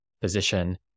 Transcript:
position